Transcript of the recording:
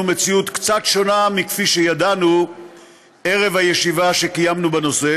מציאות קצת שונה מכפי שידענו ערב הישיבה שקיימנו בנושא.